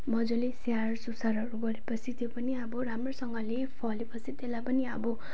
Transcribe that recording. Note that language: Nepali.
मजाले स्याहार सुसारहरू गरे पछि त्यो पनि अब राम्रोसँगले फले पछि त्यसलाई पनि अब